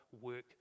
work